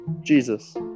Jesus